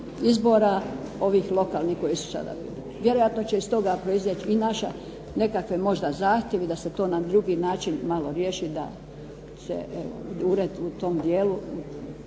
izbora ovih lokalnih koji su sada. Vjerojatno će iz toga proizaći i naši nekakvi možda zahtjevi da se to na drugi način malo riješi, da se evo ured u tom dijelu.